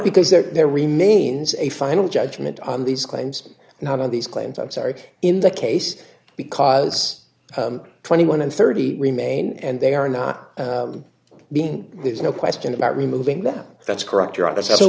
because there remains a final judgment on these claims not on these claims i'm sorry in the case because twenty one and thirty remain and they are not being there's no question about removing them that's correct you're